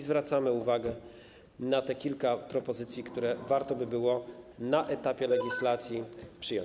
Zwracamy też uwagę na te kilka propozycji, które warto by było na etapie legislacji przyjąć.